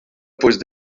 pose